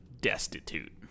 destitute